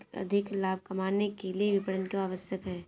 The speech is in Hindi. अधिक लाभ कमाने के लिए विपणन क्यो आवश्यक है?